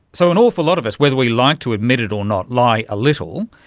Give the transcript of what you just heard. so an awful lot of us, whether we like to admit it or not, lie a little.